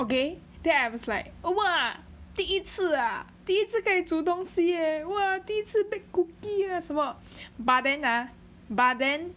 okay then I was like !wah! 第一次啊第一次可以煮东西 eh !wah! 第一次 bake cookie eh 什么 but then ah but then